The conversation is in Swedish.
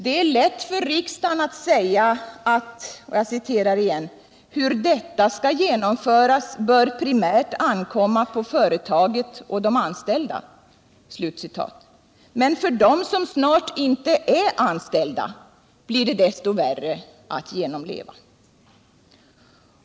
Det är lätt för riksdagen att säga: ”Hur detta skall genomföras bör primärt ankomma på företaget och de anställda.” Men för dem som snart inte är anställda blir det desto värre att genomleva.